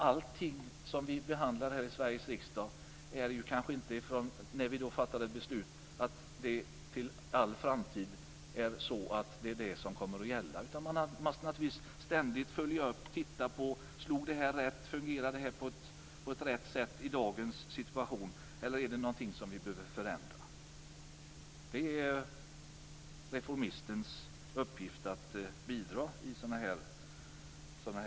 Allting som vi behandlar och fattar beslut om här i Sveriges riksdag är väl inte sådant som för alltid kommer att gälla. Man måste ju ständigt följa upp de olika frågorna och se om det hela har slagit rätt, om det fungerar på rätt sätt i dagens situation eller om det är någonting som behöver förändras. Det är reformistens uppgift att bidra i sådana här verksamheter.